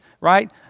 right